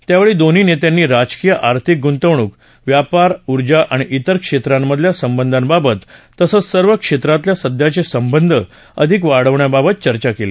त्यावेळी दोन्ही नेत्यांनी राजकीय आर्थिक गुंतवणूक व्यापार ऊर्जा आणि त्विर क्षेत्रांमधल्या संबधांबाबत तसंच सर्व क्षेत्रातले सध्याचे संबध अधिक वाढवण्याबाबत चर्चा केली